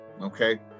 Okay